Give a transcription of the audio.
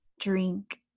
drink